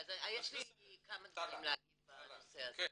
יש לי כמה דברים להגיד בנושא הזה.